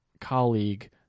colleague